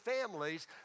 families